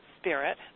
spirit